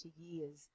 years